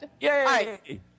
Yay